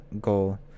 goal